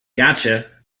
gotcha